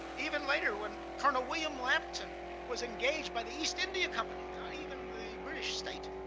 even later when colonel william lambton was engaged by the east india company, not even the british state,